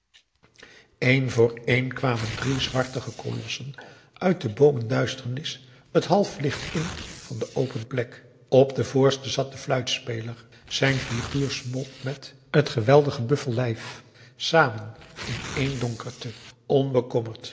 een voor een kwamen drie zwartige kolossen uit de boomenduisternis het half licht in van de open plek op den voorste zat de fluitspeler zijn figuur smolt met het geweldige buffellijf samen in éen donkerte